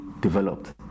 developed